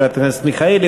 חברת הכנסת מיכאלי,